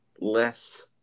less